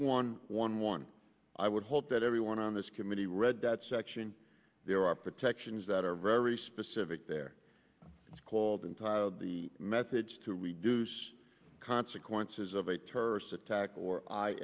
one one one i would hope that everyone on this committee read that section there are protections that are very specific there it's called in tile the methods to reduce consequences of a terrorist attack or i